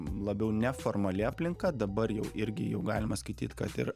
labiau neformali aplinka dabar jau irgi jau galima skaityt kad ir